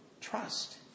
trust